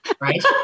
right